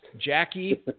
Jackie